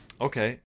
Okay